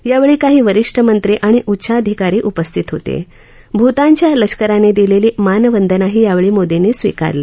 यावछी काही वरिष्ठ मंत्री आणि काही उच्चाधिकारी उ स्थित होत भूतानच्या लष्करानं दिलवी मानवंदनाही यावछी मोदींनी स्विकारली